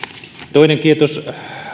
toinen kiitos